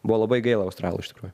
buvo labai gaila australų iš tikrųjų